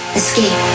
escape